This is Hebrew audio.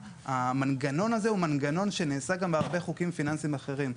המנגנון הזה נעשה בהרבה חוקים פיננסיים אחרים,